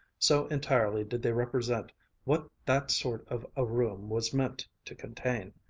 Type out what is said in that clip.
so entirely did they represent what that sort of a room was meant to contain.